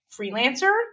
freelancer